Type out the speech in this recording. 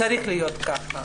צריך להיות כך.